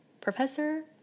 Professor